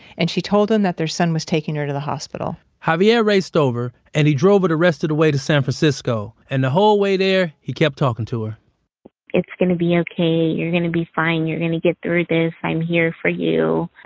and she told them that their son was taking her to the hospital javier raced over, and he drove her the rest of the way to san francisco. and the whole way there, he kept talking to her it's going to be okay. you're going to be fine. you're going to get through this. i'm here for you.